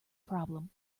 problem